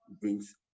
brings